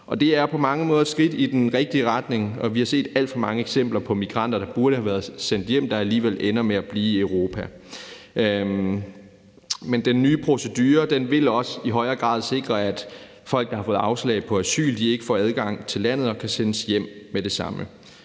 Det er på mange måder et skridt i den rigtige retning, og vi har set alt for mange eksempler på migranter, der burde have været sendt hjem, der alligevel ender med at blive i Europa. Men den nye procedure vil også i højere grad sikre, at folk, der har fået afslag på asyl, ikke får adgang til landet og kan sendes hjem med det samme.